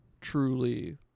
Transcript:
truly